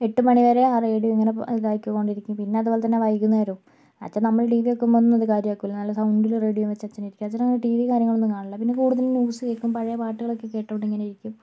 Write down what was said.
എട്ട് മണിവരെ ആ റേഡിയോ എങ്ങനെ ഇതാക്കിക്കൊണ്ടിരിക്കും പിന്നെ അതുപോലെ തന്നെ വൈകുന്നേരവും അച്ഛൻ നമ്മൾ ടി വി വെക്കുമ്പോൾ ഒന്നും അത് കാര്യമാക്കില്ല നല്ല സൗണ്ടിൽ റേഡിയോ വെച്ച് അച്ഛൻ ഇരിക്കും അച്ഛൻ ടി വി കാര്യങ്ങളൊന്നും കാണില്ല പിന്നെ കൂടുതലും ന്യൂസ് കേൾക്കും പഴയ പാട്ടുകൾ ഒക്കെ കേട്ടുകൊണ്ട് ഇങ്ങനെ ഇരിക്കും